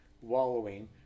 wallowing